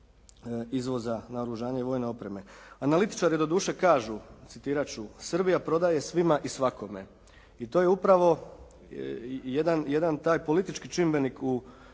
izvoza naoružanja i vojne opreme. Analitičari doduše kažu, citirat ću: «Srbija prodaje svima i svakome.» I to je upravo jedan taj politički čimbenik u